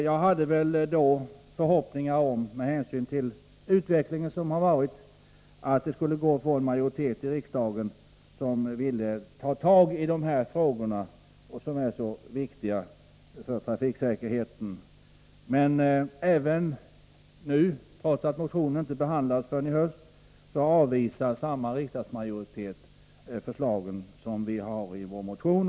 Jag hade förhoppningar om, med hänsyn till den utveckling som har varit, att en riksdagsmajoritet ville ta tag i dessa för trafiksäkerheten så viktiga frågor. Men även nu i höst avvisar samma riksdagsmajoritet förslaget i vår motion.